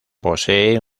posee